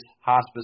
hospice